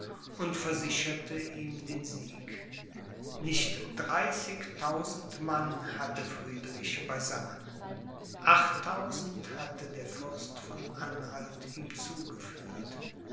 und versicherte ihm den sieg nicht dreißigtausend mann hatte friedrich beisammen achttausend hatte der fürst von anhalt ihm zugeführt